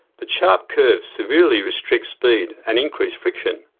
but sharp curves severely restrict speed and increase friction,